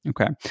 Okay